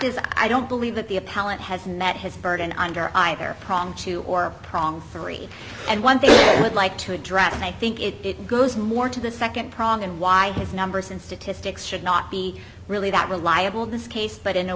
is i don't believe that the appellant has met his burden under either prong two or prong three and one thing i would like to address and i think it goes more to the second prong and why his numbers and statistics should not be really that reliable in this case but in a